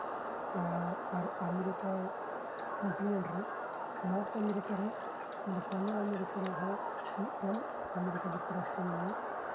ᱟᱨ America country ᱨᱮ north America ᱨᱮ ᱱᱚᱸᱰᱮ ᱠᱚᱭᱟ ᱟᱢᱮᱨᱤᱠᱟ ᱨᱮᱦᱚᱸ ᱢᱤᱫ ᱴᱮᱱ ᱟᱱᱮᱨᱤᱠᱟ ᱡᱩᱠᱛᱚ ᱨᱟᱥᱴᱨᱚ ᱢᱮᱱᱟᱭᱟ